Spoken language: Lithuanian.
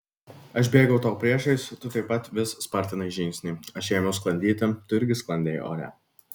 aš bėgau tau priešais tu taip pat vis spartinai žingsnį aš ėmiau sklandyti tu irgi sklandei ore